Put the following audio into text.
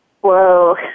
Whoa